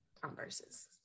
converses